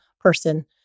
person